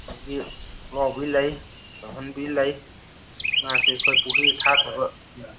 ꯑꯗꯒꯤ ꯄꯨꯛꯂꯥꯎꯕꯤ ꯂꯩ ꯇꯨꯡꯍꯟꯕꯤ ꯂꯩ ꯉꯥ ꯁꯦ ꯑꯩꯈꯣꯏ ꯄꯨꯈ꯭ꯔꯤ ꯊꯥꯊꯕ